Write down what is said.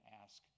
ask